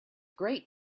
great